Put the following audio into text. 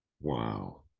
Wow